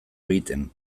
egiten